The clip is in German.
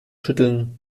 schütteln